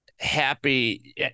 happy